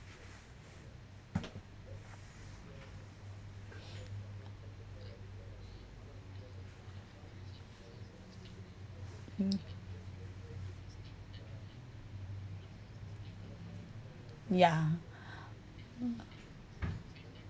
mm ya